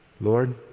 Lord